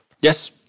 yes